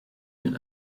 mit